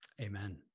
amen